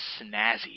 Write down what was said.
Snazzy